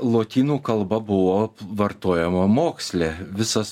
lotynų kalba buvo vartojama moksle visas